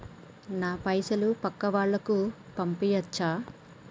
నా పైసలు పక్కా వాళ్ళకు పంపియాచ్చా?